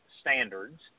standards